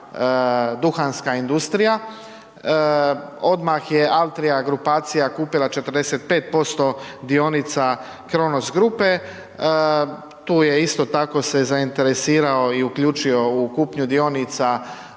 duhanska industrija, odmah je Altrija grupacija kupila 45% dionica Kronos grupe, tu je isto tako se zainteresirao i uključio u kupnju dionica od firmi